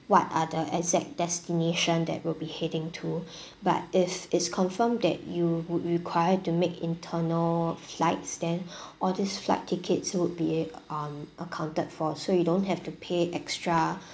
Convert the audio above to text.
what are the exact destination that will be heading to but if it's confirmed that you would require to make internal flights then all these flight tickets would be um accounted for so you don't have to pay extra